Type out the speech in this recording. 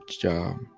job